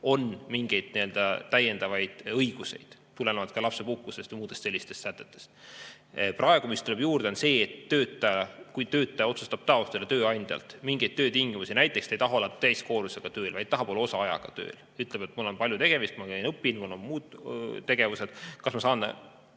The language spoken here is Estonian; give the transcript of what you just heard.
on mingeid täiendavaid õigusi. Need võivad tuleneda ka lapsepuhkusest ja muudest sellistest sätetest. Praegu tuleb juurde see, et kui töötaja otsustab taotleda tööandjalt mingeid töötingimusi, näiteks ta ei taha olla täiskoormusega tööl, vaid tahab olla osaajaga tööl – ütleb, et mul on palju tegemist, ma õpin, mul on muud tegevused, kas ma saan